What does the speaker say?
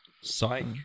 Psych